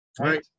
right